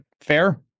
fair